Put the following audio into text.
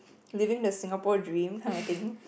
living the Singapore dream kind of thing